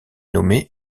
nommé